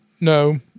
No